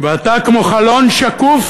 ואתה כמו חלון שקוף,